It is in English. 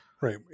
right